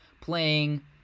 playing